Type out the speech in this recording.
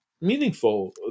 meaningful